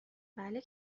بله